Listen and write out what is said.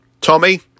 Tommy